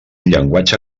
llenguatge